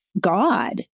God